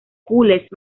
jules